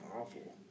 awful